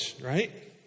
right